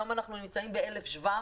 היום אנחנו נמצאים ב-1,700,